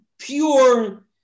pure